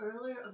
earlier